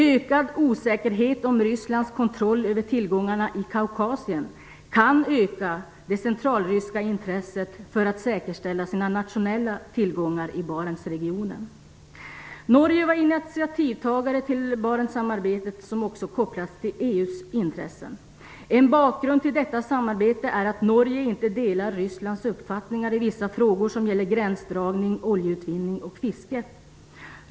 Ökad osäkerhet om Rysslands kontroll över tillgångarna i Kaukasien kan öka det centralryska intresset för att säkerställa sina nationella tillgångar i Norge var initiativtagare till Barentssamarbetet, som också kopplats till EU:s intressen. En bakgrund till detta samarbete är att Norge inte delar Rysslands uppfattningar i vissa frågor som gäller gränsdragning, oljeutvinning och fiske.